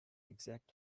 exact